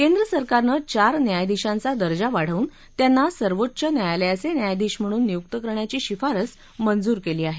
केंन्द्र सरकारने चार न्यायाधीशांचा दर्जा वाढवून त्यांना सर्वोच्च न्यायालयाचे न्यायाधीश म्हणून नियुक्त करण्याची शिफारस मंजूर केली आहे